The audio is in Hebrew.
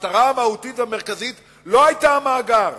והמטרה המהותית והמרכזית לא היתה המאגר,